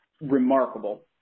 remarkable